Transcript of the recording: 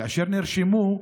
כאשר נרשמו,